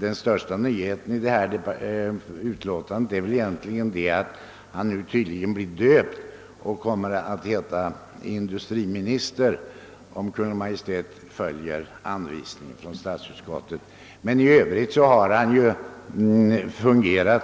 Den stora nyheten i förevarande utskottsutlåtande är egentligen att herr Wickman nu blir döpt och tydligen kommer att heta industriminister — om Kungl. Maj:t följer anvisningen från statsutskottet. Annars har ju herr Wickman fungerat